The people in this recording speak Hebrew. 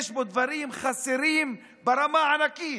יש בו דברים חסרים ברמה ענקית.